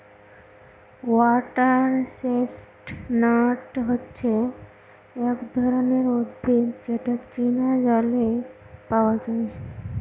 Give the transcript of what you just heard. water chestnut হচ্ছে এক ধরনের উদ্ভিদ যেটা চীনা জলে পাওয়া যায়